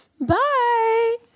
Bye